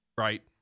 Right